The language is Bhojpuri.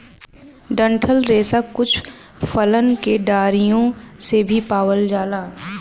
डंठल रेसा कुछ फलन के डरियो से भी पावल जाला